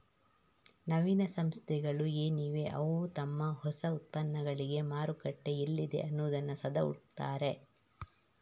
ನವೀನ ಸಂಸ್ಥೆಗಳು ಏನಿವೆ ಅವು ತಮ್ಮ ಹೊಸ ಉತ್ಪನ್ನಗಳಿಗೆ ಮಾರುಕಟ್ಟೆ ಎಲ್ಲಿದೆ ಅನ್ನುದನ್ನ ಸದಾ ಹುಡುಕ್ತಾರೆ